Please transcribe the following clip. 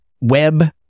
web